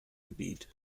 gebiet